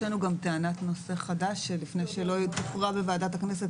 לנו גם טענת נושא חדש שלפני שהיא לא תוכרע בוועדת הכנסת,